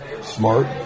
Smart